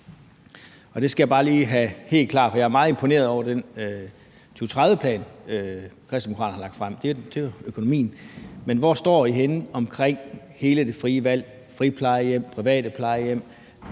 Det skal jeg bare lige have helt klart, for jeg er meget imponeret over den 2030-plan, Kristendemokraterne har lagt frem, om økonomien. Men hvor står I henne i forhold til hele det frie valg, friplejehjem, private plejehjem,